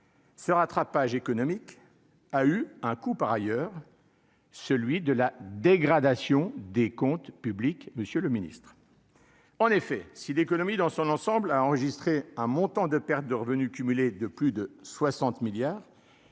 Ce rattrapage économique a eu un coup par ailleurs celui de la dégradation des comptes publics, monsieur le Ministre, en effet, si l'économie dans son ensemble a enregistré un montant de pertes de revenus cumulé de plus de 60 milliards,